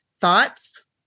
Thoughts